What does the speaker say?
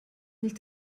nicht